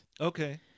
Okay